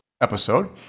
episode